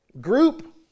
group